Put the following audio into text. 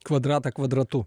kvadratą kvadratu